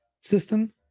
system